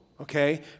okay